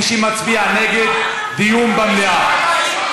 מי שמצביע נגד, דיון במליאה.